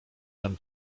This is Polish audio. dam